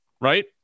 right